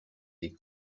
des